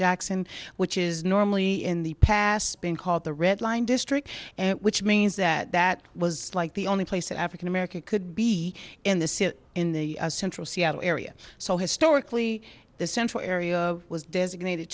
jackson which is normally in the past been called the red line district which means that that was like the only place that african american could be in the city in the central seattle area so historically the central area was designated